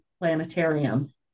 Planetarium